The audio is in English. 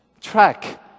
track